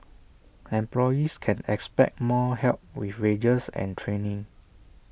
employees can expect more help with wages and training